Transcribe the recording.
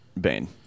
bane